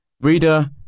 Reader